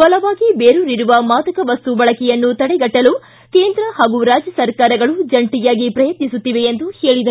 ಬಲವಾಗಿ ಬೇರೂರಿರುವ ಮಾದಕ ವಸ್ತು ಬಳಕೆಯನ್ನು ತಡೆಗಟ್ಟಲು ಕೇಂದ್ರ ಹಾಗೂ ರಾಜ್ಯ ಸರ್ಕಾರಗಳು ಜಂಟಿಯಾಗಿ ಪ್ರಯತ್ನಿಸುತ್ತಿವೆ ಎಂದು ಹೇಳಿದರು